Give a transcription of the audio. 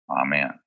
Amen